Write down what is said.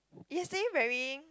yesterday very